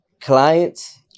clients